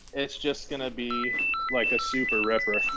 it's just gonna be like a super ripper.